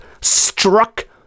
struck